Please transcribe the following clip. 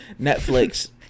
Netflix